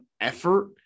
effort